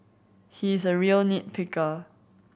he is a real nit picker